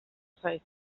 zait